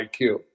IQ